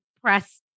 press